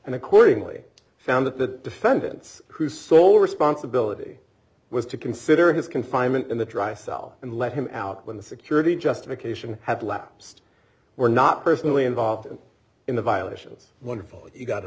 and accordingly found that the defendants whose sole responsibility was to consider his confinement in the dry cell and let him out when the security justification had lapsed were not personally involved in the violations wonderful he got